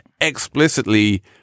explicitly